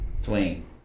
Swing